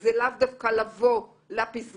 זה לאו דווקא לבוא לפסגה.